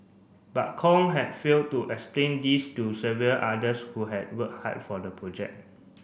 but Kong had failed to explain this to several others who had worked hard for the project